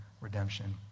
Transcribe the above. redemption